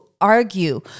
argue